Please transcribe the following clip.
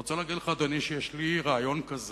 אני רוצה להגיד לך, אדוני, שיש לי רעיון כזה: